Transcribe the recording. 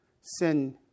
sin